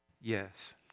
yes